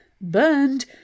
burned